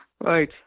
Right